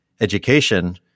education